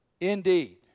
Indeed